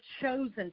chosen